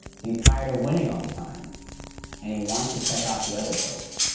he's tired of winning all the time and he wants to check out the other place.